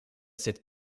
cette